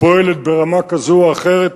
פועלת ברמה כזו או אחרת,